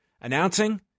announcing